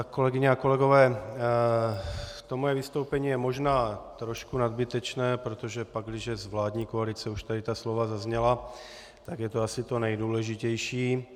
Kolegyně a kolegové, moje vystoupení je možná trošku nadbytečné, protože pakliže z vládní koalice už tady ta slova zazněla, tak je to asi to nejdůležitější.